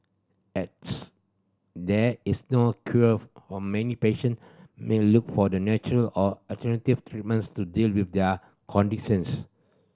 as there is no cure of many patient may look for the natural or alternative treatments to deal with their conditions